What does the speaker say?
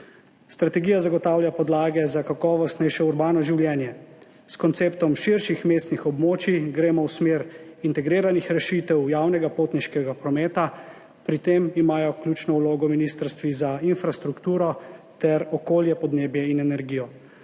Strategija zagotavlja podlage za kakovostnejše urbano življenje. S konceptom širših mestnih območij gremo v smer integriranih rešitev javnega potniškega prometa, pri tem imajo ključno vlogo ministrstvi za infrastrukturo ter okolje, podnebje in energijo.